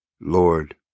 Lord